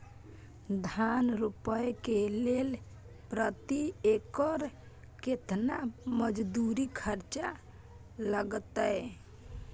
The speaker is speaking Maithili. धान रोपय के लेल प्रति एकर केतना मजदूरी खर्चा लागतेय?